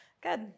Good